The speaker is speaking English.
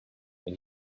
when